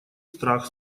страх